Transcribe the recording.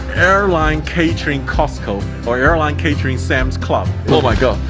airline catering costco, or airline catering sam's club. oh, my god.